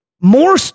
more